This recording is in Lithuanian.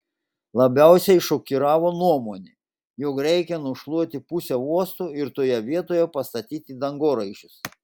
labiausiai šokiravo nuomonė jog reikia nušluoti pusę uosto ir toje vietoje pastatyti dangoraižius